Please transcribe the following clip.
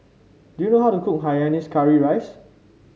do you know how to cook Hainanese Curry Rice